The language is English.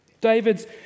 David's